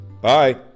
Bye